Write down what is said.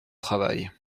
travail